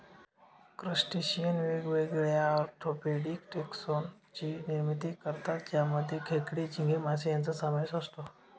crustacean वेगवेगळ्या orthopaedic taxon ची निर्मिती करतात ज्यामध्ये खेकडे, झिंगे, मासे यांचा समावेश असतो